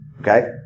okay